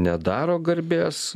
nedaro garbės